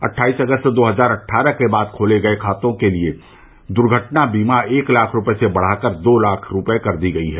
अट्ठाईस अगस्त दो हजार अट्ठारह के बाद खोले गये खातों के लिए दुर्घटना बीमा एक लाख रूपये से बढ़ाकर दो लाख रूपये कर दी गयी है